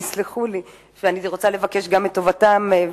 תסלחו לי שאני רוצה לבקש גם את טובתם,